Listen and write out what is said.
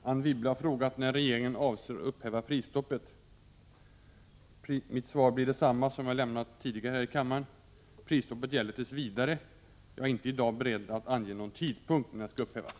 Herr talman! Anne Wibble har frågat när regeringen avser upphäva prisstoppet. Mitt svar blir detsamma som jag lämnat tidigare här i kammaren. Prisstoppet gäller tills vidare. Jag är inte i dag beredd att ange någon tidpunkt när det skall upphävas.